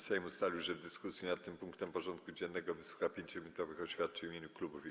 Sejm ustalił, że w dyskusji nad tym punktem porządku dziennego wysłucha 5-minutowych oświadczeń w imieniu klubów i kół.